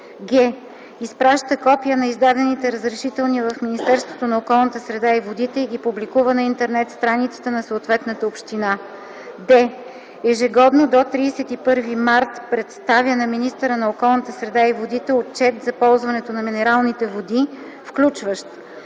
г) изпраща копия на издадените разрешителни в Министерството на околната среда и водите и ги публикува на интернет страницата на съответната община; д) ежегодно до 31 март представя на министъра на околната среда и водите отчет за ползването на минералните води, включващ: